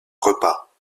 repas